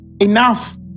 enough